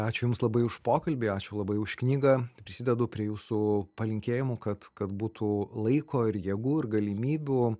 ačiū jums labai už pokalbį ačiū labai už knygą prisidedu prie jūsų palinkėjimų kad kad būtų laiko ir jėgų ir galimybių